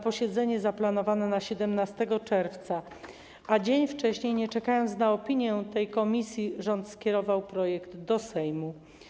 Posiedzenie zaplanowano na 17 czerwca, a dzień wcześniej, nie czekając na opinię tej komisji, rząd skierował projekt do Sejmu.